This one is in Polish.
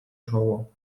czoło